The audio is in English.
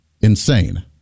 insane